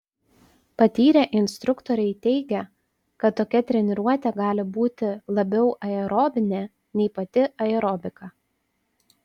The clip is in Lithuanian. patyrę instruktoriai teigia kad tokia treniruotė gali būti labiau aerobinė nei pati aerobika